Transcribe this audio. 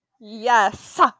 Yes